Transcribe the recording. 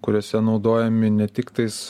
kuriuose naudojami ne tik tais